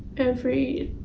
every